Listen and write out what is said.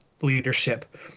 leadership